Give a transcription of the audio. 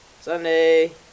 Sunday